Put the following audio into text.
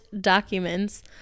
documents